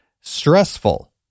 stressful